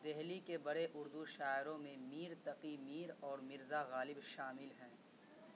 دہلی کے بڑے اردو شاعروں میں میر تقی میر اور مرزا غالب شامل ہیں